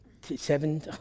seven